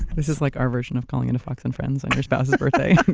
this is like our version of calling into fox and friends on your spouse's birthday,